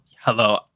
Hello